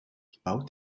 gebouwd